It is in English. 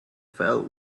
fell